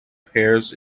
pairs